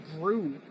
grew